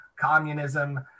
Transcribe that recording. communism